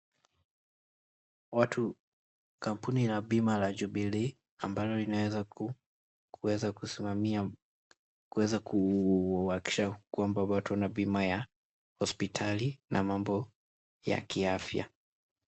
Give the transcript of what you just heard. Watu, kampuni ya bima ya Jubilee ambalo linaweza imeweza kusimamia, kuhakikisha kwamba watu wana bima ya hospitali na mambo y akiafya.